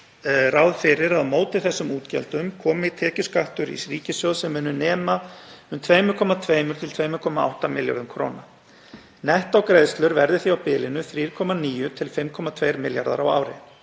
ráð fyrir að á móti þessum útgjöldum komi tekjuskattur ríkissjóðs sem muni nema um 2,2–2,8 milljörðum kr. Nettógreiðslur verði því á bilinu 3,9–5,2 milljarðar á ári.